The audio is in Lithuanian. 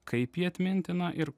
kaip ji atmintina ir